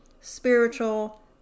spiritual